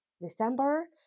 December